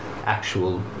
actual